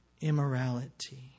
immorality